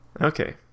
Okay